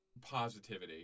positivity